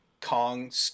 kong